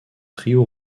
trio